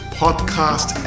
podcast